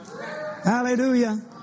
Hallelujah